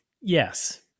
Yes